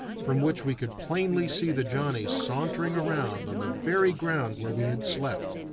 from which we could plainly see the johnnies sauntering around on the very ground where we had slept.